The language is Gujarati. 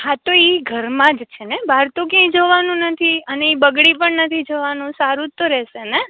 હા તો ઇ ઘરમાં જ છે બાર તો ક્યાં જવાનું નથી અને ઇ બગડી પણ નથી જવાનું સારું તો રેસે ને